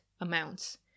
amounts